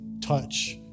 touch